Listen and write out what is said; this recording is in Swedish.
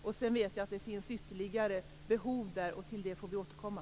Jag vet att det finns ytterligare behov där, och till dem får vi återkomma.